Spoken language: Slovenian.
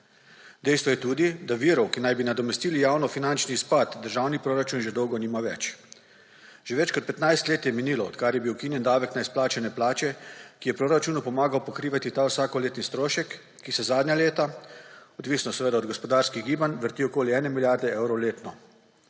Dejstvo je tudi, da virov, ki naj bi nadomestili javnofinančni izpad, državni proračun že dolgo nima več. Že več kot 15 let je minilo, odkar je bil ukinjen davek na izplačane plače, ki je proračunu pomagal pokrivati ta vsakoletni strošek, ki se zadnja leta – odvisno seveda od gospodarskih gibanj – vrti okoli ene milijarde evrov letno.